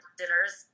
dinners